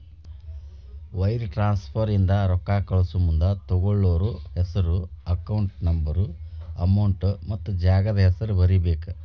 wire transfer ಇಂದ ರೊಕ್ಕಾ ಕಳಸಮುಂದ ತೊಗೋಳ್ಳೋರ್ ಹೆಸ್ರು ಅಕೌಂಟ್ ನಂಬರ್ ಅಮೌಂಟ್ ಮತ್ತ ಜಾಗದ್ ಹೆಸರ ಬರೇಬೇಕ್